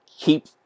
keep